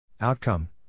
Outcome